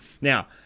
now